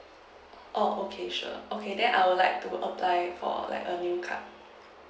oh okay sure okay then I'd like to apply for like for a new card